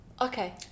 okay